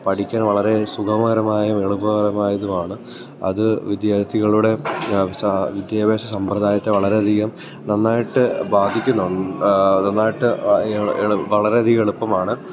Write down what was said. പഠിക്കാൻ വളരെ സുഖമകരമായും എളുപ്പകരമായതുമാണ് അത് വിദ്യാർത്ഥികളുടെ വിദ്യാഭ്യാസ സമ്പ്രദായത്തെ വളരെയധികം നന്നായിട്ട് ബാധിക്കുന്നു നന്നായിട്ട് വളരെയധികം എളുപ്പമാണ്